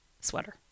sweater